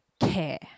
care